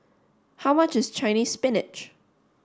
how much is Chinese spinach